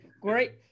Great